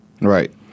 Right